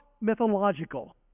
mythological